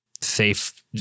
safe